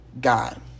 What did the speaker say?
God